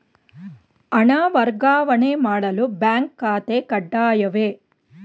ಹಣ ವರ್ಗಾವಣೆ ಮಾಡಲು ಬ್ಯಾಂಕ್ ಖಾತೆ ಕಡ್ಡಾಯವೇ?